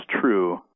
true